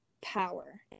power